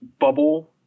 bubble